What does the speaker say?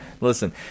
listen